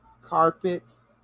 carpets